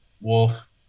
Wolf